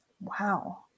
Wow